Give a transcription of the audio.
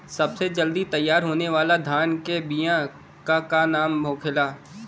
सबसे जल्दी तैयार होने वाला धान के बिया का का नाम होखेला?